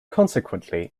consequently